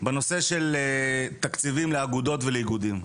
בנושא של תקציבים לאגודות ואיגודים.